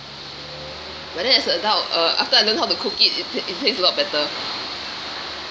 but then as adult uh after I learn how to cook it it tastes a lot better